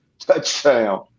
touchdown